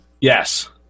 yes